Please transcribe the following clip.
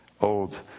old